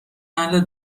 اهل